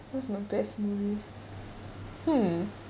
what's my best movie hmm